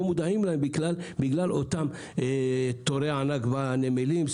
מודעים להם בגלל אותם תורי ענק בנמלים.